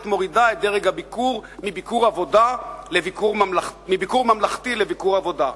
מורידה את דרג הביקור מביקור ממלכתי לביקור עבודה?